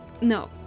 no